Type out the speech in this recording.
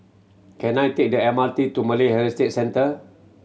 can I take the M R T to Malay Heritage Centre